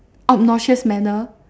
obnoxious manner